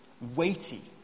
weighty